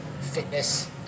fitness